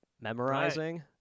memorizing